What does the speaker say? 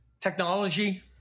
technology